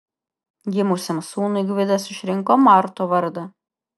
gimusiam sūnui gvidas išrinko marto vardą